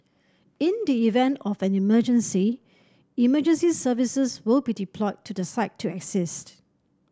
in the event of an emergency emergency services will be deployed to the site to assist